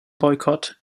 boycott